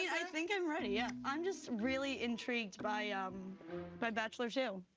i think i'm ready, yeah. i'm just really intrigued by um by bachelor two.